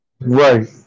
Right